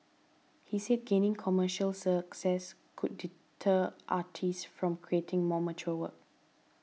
he said gaining commercial success could deter artists from creating more mature work